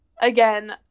again